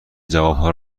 جوابها